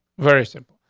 very simple.